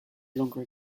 longer